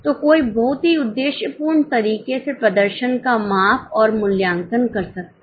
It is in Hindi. तो कोई बहुत ही उद्देश्यपूर्ण तरीके से प्रदर्शन का माप और मूल्यांकन कर सकता है